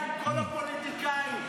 --- כל הפוליטיקאים.